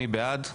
מי בעד?